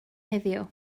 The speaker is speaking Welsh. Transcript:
heddiw